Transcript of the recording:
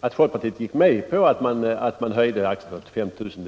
Att folkpartiet gick med på att höja gränsen till 50 000 kr.